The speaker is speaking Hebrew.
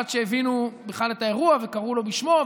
עד שהבינו בכלל את האירוע וקראו לו בשמו,